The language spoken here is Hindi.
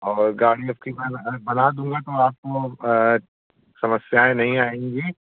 और गाड़ी आपकी बना बना दूँगा तो आपको समस्याएँ नहीं आएँगी